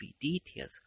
details